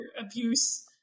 abuse